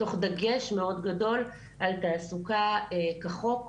תוך דגש מאוד גדול על תעסוקה כחוק.